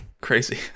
Crazy